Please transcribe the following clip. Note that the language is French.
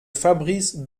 fabrice